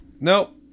nope